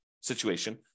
situation